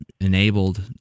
enabled